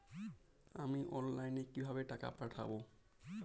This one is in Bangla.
আমি অনলাইনে কিভাবে টাকা পাঠাব?